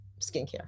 skincare